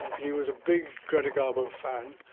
he was a big greta garbo fan.